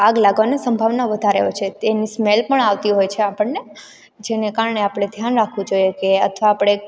આગ લાગવાની સંભાવના વધારે હોય છે તેની સ્મેલ પણ આવતી હોય છે આપણને જેને કારણે આપણે ધ્યાન રાખવું જોઈએ કે અથવા આપણે